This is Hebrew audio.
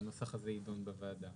והנוסח הזה יידון בוועדה